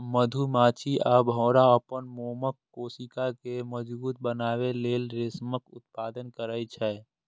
मधुमाछी आ भौंरा अपन मोमक कोशिका कें मजबूत बनबै लेल रेशमक उत्पादन करै छै